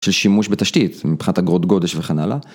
של שימוש בתשתית מבחינת אגרות גודש וכן הלאה.